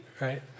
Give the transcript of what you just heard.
right